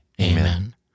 Amen